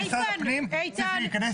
משרד הפנים צריך להיכנס לתוך זה.